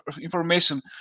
information